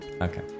Okay